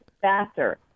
faster